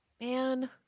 Man